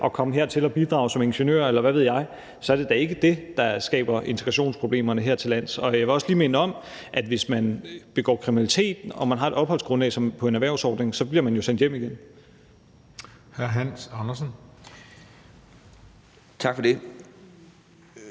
og komme hertil og bidrage som ingeniører, eller hvad ved jeg. Så det er da ikke det, der skaber integrationsproblemerne hertillands. Jeg vil også lige minde om, at hvis man begår kriminalitet og man har et opholdsgrundlag på en erhvervsordning, så bliver man jo sendt hjem igen.